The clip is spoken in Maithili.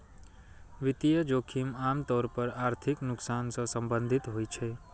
वित्तीय जोखिम आम तौर पर आर्थिक नुकसान सं संबंधित होइ छै